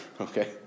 Okay